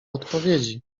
odpowiedzi